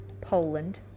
Poland